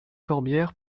corbière